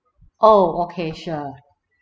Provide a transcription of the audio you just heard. oh okay sure